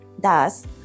Thus